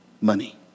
money